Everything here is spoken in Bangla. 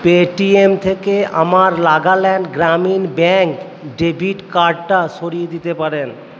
পেটিএম থেকে আমার নাগাল্যান্ড গ্রামীণ ব্যাংক ডেবিট কার্ডটা সরিয়ে দিতে পারেন